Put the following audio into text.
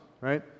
right